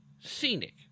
scenic